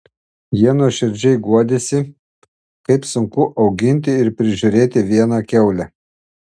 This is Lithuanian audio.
jie nuoširdžiai guodėsi kaip sunku auginti ir prižiūrėti vieną kiaulę